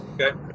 okay